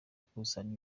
gukusanya